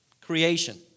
creation